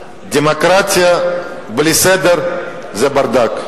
דמוקרטיה בלי סדר זה ברדק,